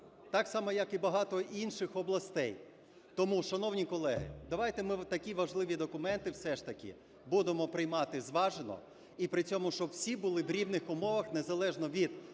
так само, як і багато інших областей. Тому, шановні колеги, давайте ми такі важливі документи все ж таки будемо приймати зважено, і при цьому, щоб всі були в рівних умовах незалежно від